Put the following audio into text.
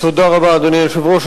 אדוני היושב-ראש,